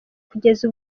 kugeza